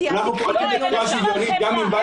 אנחנו נוהגים בצורה שוויונית גם אם בא